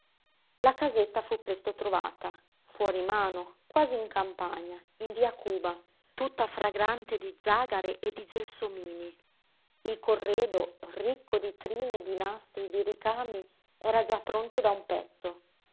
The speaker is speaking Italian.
la casetta fu presto trovata fuorimano quasi in campagna in via cuba tutta fragrante di zàgare e di gelsomini il corredo ricco di trine di nastri di ricami era già pronto da un pezzo